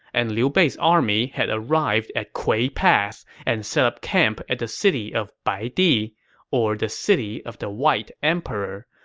and liu bei's army had arrived at kui pass and set up camp at the city of baidi, or the city of the white emperor,